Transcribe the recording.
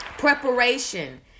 Preparation